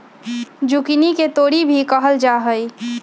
zucchini के तोरी भी कहल जाहई